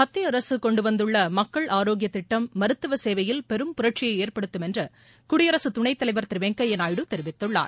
மத்திய அரசு கொண்டு வந்துள்ள மக்கள் ஆரோக்கிய திட்டம் மருத்துவ சேவையில் பெரும் புரட்சியை ஏற்படுத்தும் என்று குடியரசு துணைத்தலைவர் திரு வெங்கையா நாயுடு தெரிவித்துள்ளார்